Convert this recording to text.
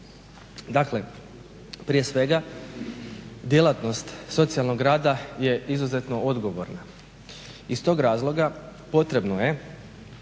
Dakle, prije svega djelatnost socijalnog rada je izuzetno odgovorna. Iz tog razloga potrebno je